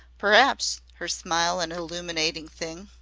p'raps, her smile an illuminating thing,